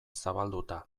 zabalduta